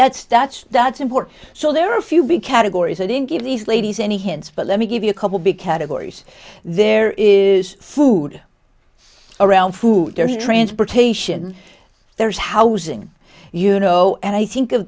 that's that's that's important so there are a few big categories i didn't give these ladies any hints but let me give you a couple big categories there is food around food transportation there's housing you know and i think of